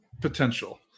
potential